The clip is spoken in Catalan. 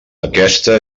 aquesta